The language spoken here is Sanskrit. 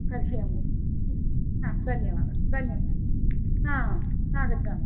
करिष्यामि धन्यवादः धन्यवादः आगच्छामि